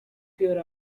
year